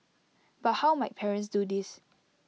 but how might parents do this